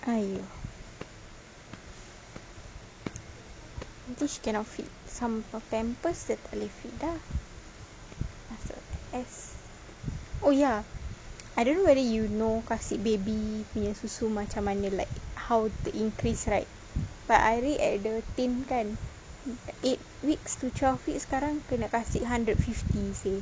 !aiyo! nanti she cannot fit some of her pampers dah tak boleh fit dah masuk S oh ya I don't know whether you know kasi baby punya susu macam mana like how the increase right but I read at the tin kan eight weeks to twelve weeks sekarang kena kasi hundred fifty seh